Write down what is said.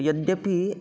यद्यपि